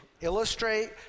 illustrate